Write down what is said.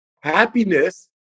Happiness